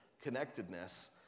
connectedness